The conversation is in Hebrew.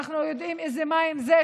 ואנחנו יודעים איזה מים אלה,